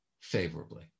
favorably